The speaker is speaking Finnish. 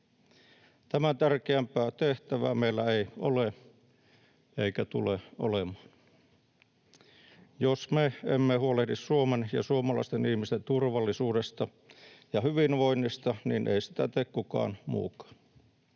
Tämän tärkeämpää tehtävää meillä ei ole eikä tule olemaan. Jos me emme huolehdi Suomen ja suomalaisten ihmisten turvallisuudesta ja hyvinvoinnista, niin ei sitä tee kukaan muukaan.